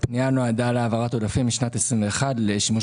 נועדה להעברת עודפים משנת 2021 לשימוש